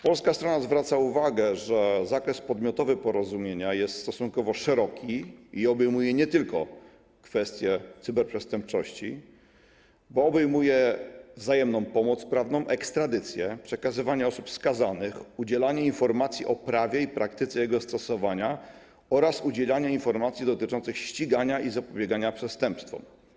Polska strona zwraca uwagę, że zakres podmiotowy porozumienia jest stosunkowo szeroki i obejmuje nie tylko kwestię cyberprzestępczości, bo obejmuje wzajemną pomoc prawną, ekstradycję, przekazywanie osób skazanych, udzielanie informacji o prawie i praktyce jego stosowania oraz udzielanie informacji dotyczących ścigania i zapobiegania przestępstwom.